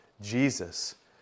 Jesus